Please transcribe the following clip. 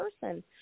person